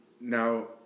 Now